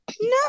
No